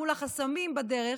מול החסמים בדרך,